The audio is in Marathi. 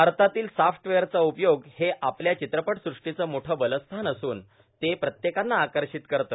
भारतातील सॉफ्टवेअरचा उपयोग हे आपल्या चित्रपट सुष्टीचं मोठं बलस्थान असून ते प्रत्येकांना आकर्षित करते